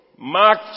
Mark